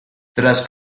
tras